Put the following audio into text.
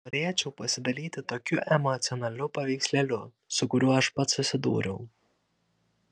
norėčiau pasidalyti tokiu emocionaliu paveikslėliu su kuriuo aš pats susidūriau